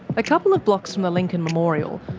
a couple of blocks from the lincoln memorial,